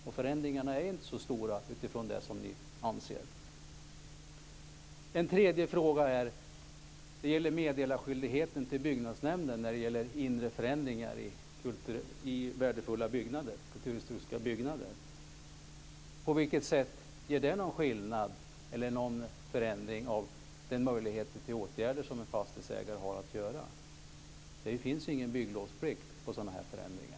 Det blir inga stora förändringar med det som ni föreslår. En ytterligare fråga gäller skyldigheten att meddela byggnadsnämnden om inre förändringar i kulturhistoriskt värdefulla byggnader. Blir det någon förändring när det gäller fastighetsägarens möjligheter att vidta åtgärder? Det finns ju ingen bygglovsplikt när det gäller sådana här förändringar.